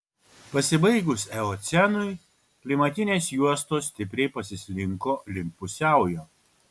pasibaigus eocenui klimatinės juostos stipriai pasislinko link pusiaujo